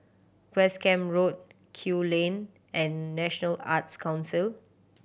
West Camp Road Kew Lane and National Arts Council